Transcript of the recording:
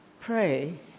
Pray